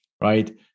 Right